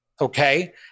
okay